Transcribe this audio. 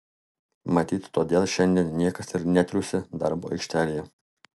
matyt todėl šiandien niekas ir netriūsia darbo aikštelėje